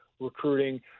recruiting